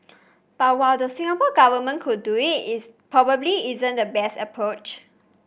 but while the Singapore Government could do it is probably isn't the best approach